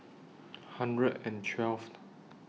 one hundred and twelfth